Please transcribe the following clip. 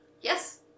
Yes